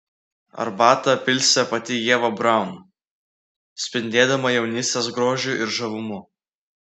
arbatą pilstė pati ieva braun spindėdama jaunystės grožiu ir žavumu